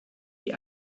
die